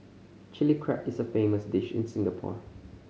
Chilli Crab is a famous dish in Singapore